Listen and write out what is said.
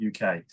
UK